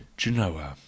Genoa